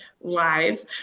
live